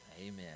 Amen